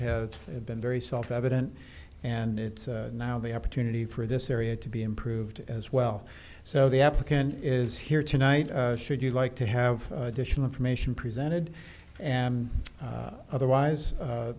have been very self evident and it's now the opportunity for this area to be improved as well so the applicant is here tonight should you like to have additional information presented and otherwise